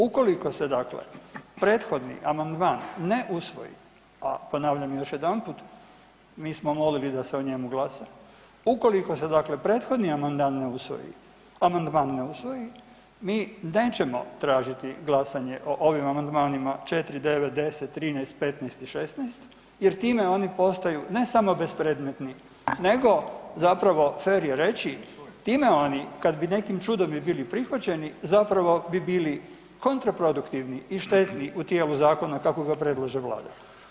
Ukoliko se dakle prethodni amandman ne usvoji, a ponavljam još jedanput, mi smo molili da se o njemu glasa, ukoliko se dakle prethodni amandman ne usvoji, amandman ne usvoji, mi nećemo tražiti glasanje o ovim amandmanima 4., 9., 10., 13., 15. i 16. jer time oni postaju ne samo bespredmetni nego zapravo, fer je reći, time oni kad bi nekim čudom i bili prihvaćeni zapravo bi bili kontraproduktivni i štetni u tijelu zakona kako ga predlaže vlada.